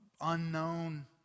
unknown